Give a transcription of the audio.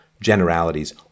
generalities